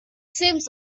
seems